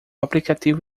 aplicativo